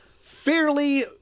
fairly